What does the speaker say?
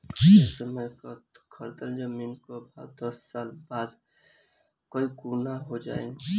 ए समय कअ खरीदल जमीन कअ भाव दस साल बाद कई गुना हो जाई